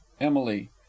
emily